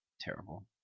terrible